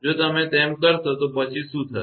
જો તમે એમ કરશો તો પછી શું થશે